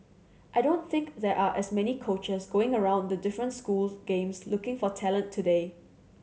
I don't think there are as many coaches going around the different schools games looking for talent today